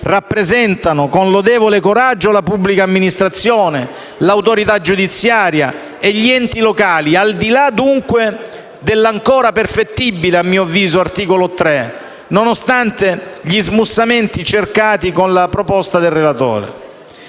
rappresentano con notevole coraggio la pubblica amministrazione, l'autorità giudiziaria e gli enti locali, al di là dunque dell'ancora perfettibile, a mio avviso, articolo 3, nonostante gli smussamenti cercati con la proposta del relatore.